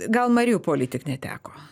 gal mariupoly tik neteko